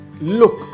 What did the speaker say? Look